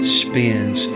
spins